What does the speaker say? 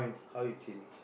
how you change